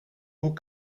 hoe